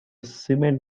cement